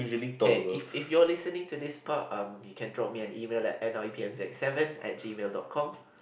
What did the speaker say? K if if you are listening to this part um you can drop me an email at n_i_p_m_z seven at gmail dot com